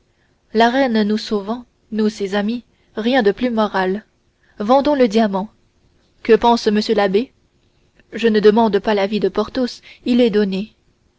la reine nous sauvant nous ses amis rien de plus moral vendons le diamant qu'en pense monsieur l'abbé je ne demande pas l'avis de porthos il est donné